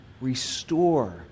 Restore